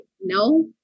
No